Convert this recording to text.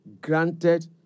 granted